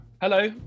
Hello